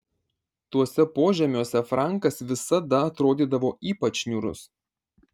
tuose požemiuose frankas visada atrodydavo ypač niūrus